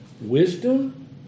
Wisdom